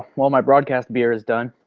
well my broadcast beer is done.